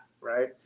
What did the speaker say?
right